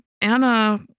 Anna